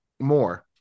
More